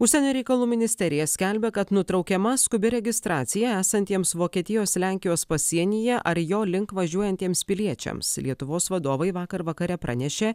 užsienio reikalų ministerija skelbia kad nutraukiama skubi registracija esantiems vokietijos lenkijos pasienyje ar jo link važiuojantiems piliečiams lietuvos vadovai vakar vakare pranešė